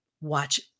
Watch